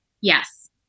Yes